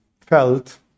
felt